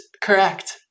Correct